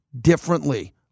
differently